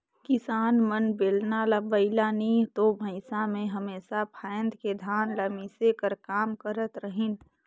किसान मन बेलना ल बइला नी तो भइसा मे हमेसा फाएद के धान ल मिसे कर काम करत रहिन